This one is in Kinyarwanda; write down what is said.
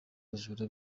abajura